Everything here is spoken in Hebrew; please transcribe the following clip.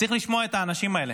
צריך לשמוע את האנשים האלה.